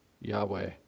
Yahweh